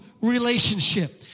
relationship